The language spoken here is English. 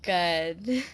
kan